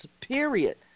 period